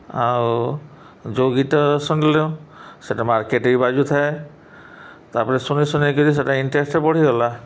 ଆଉ ଯେଉଁ ଗୀତ ଶୁଣିଲୁ ସେଇଟା ମାର୍କେଟ୍ରେ ବି ବାଜୁଥାଏ ତା'ପରେ ଶୁଣି ଶୁଣିକରି ସେଇଟା ଇଣ୍ଟ୍ରେଷ୍ଟ୍ ବଢ଼ିଗଲା